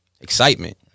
excitement